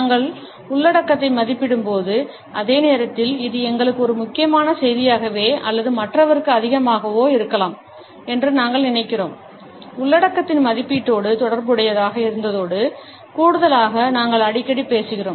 நாங்கள் உள்ளடக்கத்தை மதிப்பிடும்போது அதே நேரத்தில் இது எங்களுக்கு ஒரு முக்கியமான செய்தியாகவோ அல்லது மற்றவருக்கு அதிகமாகவோ இருக்கலாம் என்று நாங்கள் நினைக்கிறோம் உள்ளடக்கத்தின் மதிப்பீட்டோடு தொடர்புடையதாக இருப்பதோடு கூடுதலாக நாங்கள் அடிக்கடி பேசுகிறோம்